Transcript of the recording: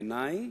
בעיני,